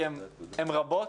כי הן רבות,